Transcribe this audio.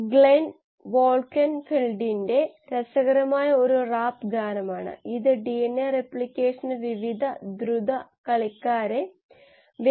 തുടർന്ന് നമ്മൾ പറഞ്ഞു മോണോക്ലോണൽ ആന്റിബോഡികൾ അല്ലെങ്കിൽ താൽപ്പര്യമുള്ള മറ്റേതെങ്കിലും ഉൽപ്പന്നങ്ങൾ ഉൽപാദിപ്പിക്കുന്നതിന് നിങ്ങൾക്ക് രണ്ട് തരം കോശങ്ങൾ ഒരുമിച്ച് കൊണ്ടുവന്ന് കോശം മാറ്റാൻ കഴിയും എന്ന്